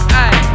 aye